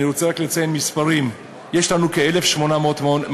אני רוצה רק לציין מספרים: יש לנו כ-1,800 מעונות-יום,